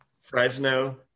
Fresno